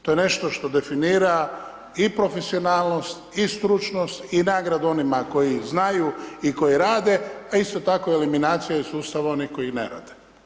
To je nešto što definira i profesionalnost i stručnost i nagradu onima koji znaju i koji rade, a isto tako eliminacija iz sustava onih koji ne rade.